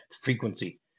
frequency